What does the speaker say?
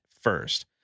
first